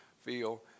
feel